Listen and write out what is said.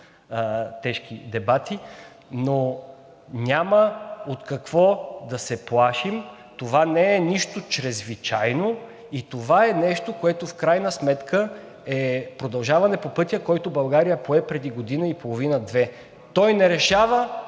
тежки дебати, но няма от какво да се плашим, това не е нищо чрезвичайно. Това е нещо, което в крайна сметка е продължаване по пътя, който България пое преди година и половина-две. Той не решава